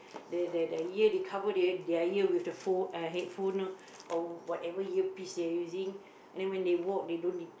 the the the ear they cover their ear with the phone uh headphone or whatever earpiece they're using and then when they walk they don't e~